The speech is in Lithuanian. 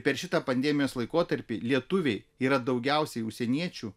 per šitą pandemijos laikotarpį lietuviai yra daugiausiai užsieniečių